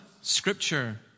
Scripture